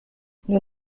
nous